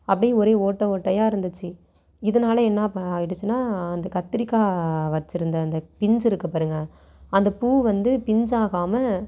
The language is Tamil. அப்படியே ஒரே ஓட்டை ஓட்டையாக இருந்துச்சு இதனாலே என்ன அப்போ ஆயிடுச்சினால் அந்த கத்தரிக்கா வச்சிருந்த அந்த பிஞ்சி இருக்குது பாருங்கள் அந்த பூ வந்து பிஞ்சாகாமல்